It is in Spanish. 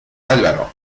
álvaro